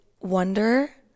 wonder